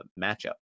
matchup